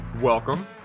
welcome